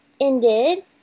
ended